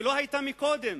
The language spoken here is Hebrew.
שלא היתה קודם.